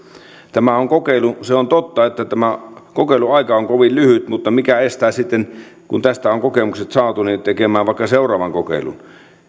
tämä on kokeilu se on totta että tämä kokeiluaika on kovin lyhyt mutta mikä estää sitten kun tästä on kokemukset saatu tekemään vaikka seuraavan kokeilun